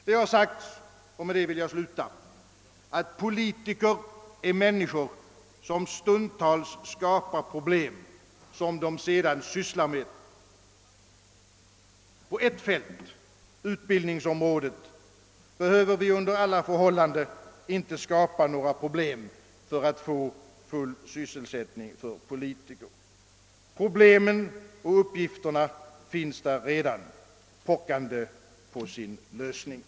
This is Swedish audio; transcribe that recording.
Det har sagts — jag vill sluta med det — att politiker är människor som stundtals skapar problem som de sedan sysslar med. På ett fält, utbildningsområdet, behöver vi under alla förhållanden inte skapa några problem för att få full sysselsättning för politiker. Problemen och uppgifterna finns där redan, pockande på sin lösning.